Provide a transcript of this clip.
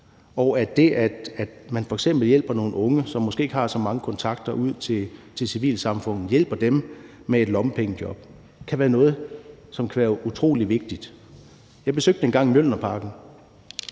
og at det, at man f.eks. hjælper nogle unge, som måske ikke har så mange kontakter til civilsamfundet, med et lommepengejob, kan være noget, som kan være utrolig vigtigt. Jeg besøgte engang Mjølnerparken,